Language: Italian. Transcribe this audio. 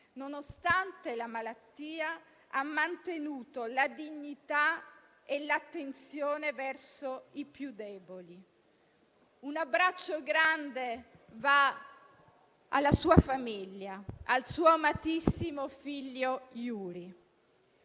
nonostante la malattia, ha mantenuto la dignità e l'attenzione verso i più deboli. Un abbraccio grande va alla sua famiglia, al suo amatissimo figlio Yuri.